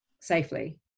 safely